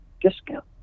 discount